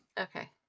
Okay